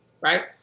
right